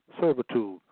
servitude